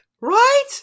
Right